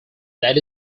that